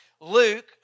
Luke